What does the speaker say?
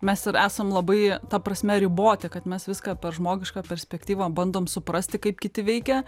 mes ir esam labai ta prasme riboti kad mes viską per žmogišką perspektyvą bandom suprasti kaip kiti veikia